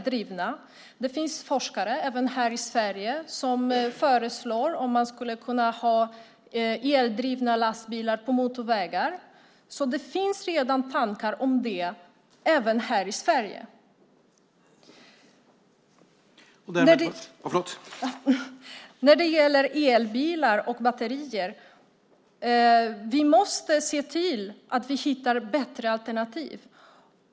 Det finns forskare, även här i Sverige, som föreslår att man skulle kunna ha eldrivna lastbilar på motorvägarna. Det finns alltså redan tankar om det även här i Sverige. När det gäller elbilar och batterier måste vi se till att vi hittar bättre alternativ.